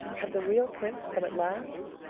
had the real prince come at last?